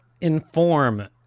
Inform